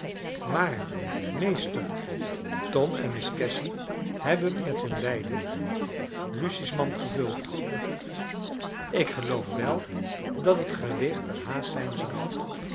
maar meester tom en miss cassy hebben met hun beiden lucy's mand gevuld ik geloof wel dat het gewicht er haast zijn zal